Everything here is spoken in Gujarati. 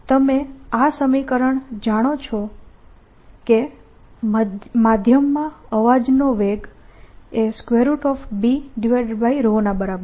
તમે આ સમીકરણ જાણો છો કે માધ્યમમાં અવાજનો વેગ એ B ના બરાબર છે